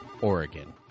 Oregon